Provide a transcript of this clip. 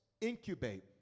incubate